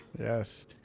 yes